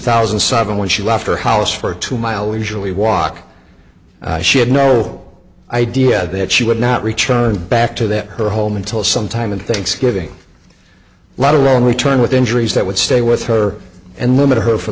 thousand and seven when she left her house for a two mile we usually walk she had no idea that she would not return back to that her home until sometime in thanksgiving a lot of lonely turn with injuries that would stay with her and limit her for